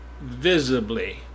visibly